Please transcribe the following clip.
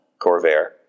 Corvair